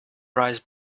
rise